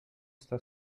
está